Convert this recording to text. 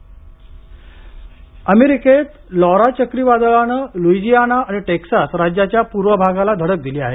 Laura चक्रीवादळ अमेरिकेत Laura चक्रीवादळानं लुईजियाना आणि टेक्सास राज्याच्या पूर्व भागाला धडक दिली आहे